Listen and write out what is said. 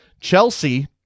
Chelsea